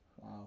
Wow